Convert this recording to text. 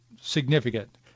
significant